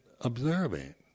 observing